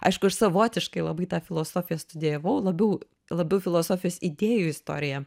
aišku aš savotiškai labai tą filosofiją studijavau labiau labiau filosofijos idėjų istoriją